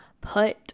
put